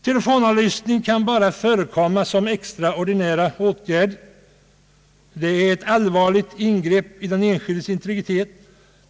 Telefonavlyssning kan bara förekomma som en extraordinär åtgärd. Den är ett allvarligt ingrepp i den enskildes integritet.